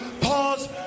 Pause